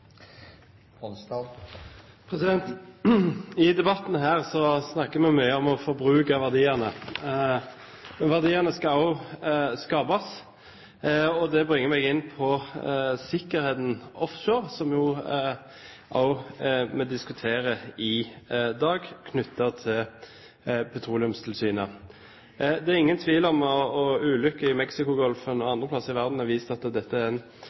I denne debatten snakker vi mye om å forbruke verdiene. Verdiene skal også skapes. Det bringer meg inn på sikkerheten offshore, som vi også diskuterer i dag, og Petroleumstilsynet. Det er ingen tvil om at ulykken i Mexicogolfen og ulykker andre steder i verden har vist at dette er